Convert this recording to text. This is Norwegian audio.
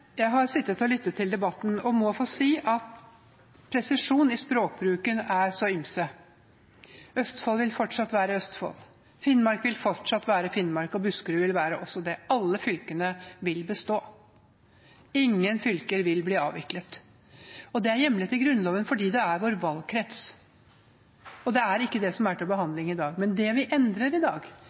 Jeg har sittet og lyttet til debatten og må få si at presisjonen i språkbruken er så ymse. Østfold vil fortsatt være Østfold. Finnmark vil fortsatt være Finnmark, og Buskerud vil være Buskerud. Alle fylkene vil bestå. Ingen fylker blir avviklet. Det er hjemlet i Grunnloven, fordi det er vår valgkrets. Det er ikke det som er til behandling i dag, men det vi endrer i dag,